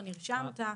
לא נרשמת.